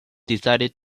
decided